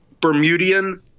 Bermudian